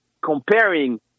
comparing